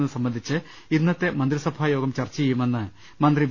ക്കുന്നത് സംബന്ധിച്ച് ഇന്നത്തെ മന്ത്രിസഭാ യോഗം ചർച്ച ചെയ്യുമെന്ന് മന്ത്രി വി